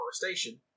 deforestation